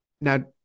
now